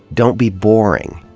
don't be boring.